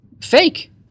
Fake